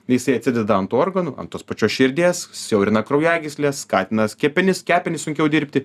jisai atsideda ant tų organų ant tos pačios širdies siaurina kraujagysles skatina kepenis kepenis sunkiau dirbti